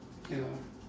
ya